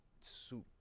soup